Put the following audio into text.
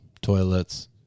toilets